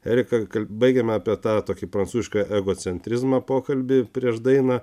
erika baigiame apie tą tokį prancišką egocentrizmą pokalbį prieš dainą